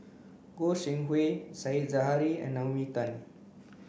Goi Seng Hui Said Zahari and Naomi Tan